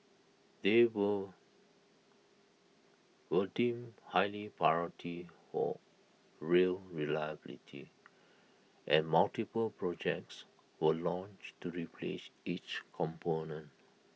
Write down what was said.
they were were deemed highly priority for rail reliability and multiple projects were launched to replace each component